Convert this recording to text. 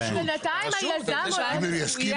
שבסופו של דבר יביאו לחוסר ודאות בשוק ולתקיעה של פרויקטים.